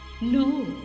No